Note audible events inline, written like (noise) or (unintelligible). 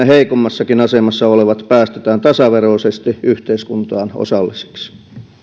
(unintelligible) heikoimmassakin asemassa olevat päästetään tasaveroisesti yhteiskuntaan osallisiksi